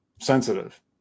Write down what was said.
sensitive